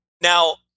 now